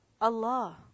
Allah